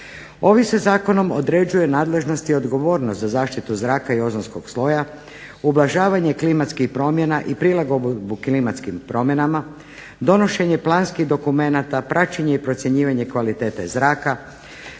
Ovim se zakonom određuje nadležnost i odgovornost za zaštitu zraka i ozonskog sloja, ublažavanje klimatskih promjena i prilagodbu klimatskim promjenama, donošenje planskih dokumenata, praćenje i procjenjivanje kvalitete zraka,